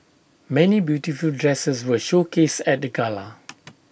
many beautiful dresses were showcased at the gala